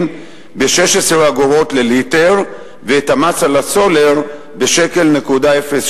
ב-16 אגורות לליטר ואת המס על הסולר ב-1.06